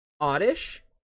Oddish